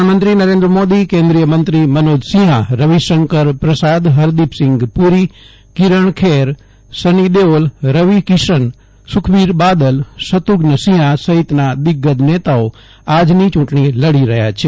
પ્રધાનમંત્રી નરેન્દ્ર મોદી કેન્દ્રીય મંત્રી મનોજ સિંહા રવિશંકર પ્રસાદ ફરદીપસિંઘ પુરી કિરણ ખેર સની દેઓલ રવિ કિશન સુખબીર બાદલ શત્રુઘ્નસિંહા સહિતના દિઝ્ગજ નેતાઓ આજની ચૂંટણી લડી રહ્યા છે